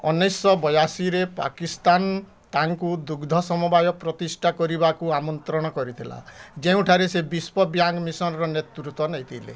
ଉଣେଇଶଶହ ବୟାଅଶୀରେ ପାକିସ୍ତାନ ତାଙ୍କୁ ଦୁଗ୍ଧ ସମବାୟ ପ୍ରତିଷ୍ଠା କରିବାକୁ ଆମନ୍ତ୍ରଣ କରିଥିଲା ଯେଉଁଠାରେ ସେ ବିଶ୍ପ ବ୍ୟାଙ୍କ୍ ମିଶନ୍ର ନେତୃତ୍ୱ ନେଇଥିଲେ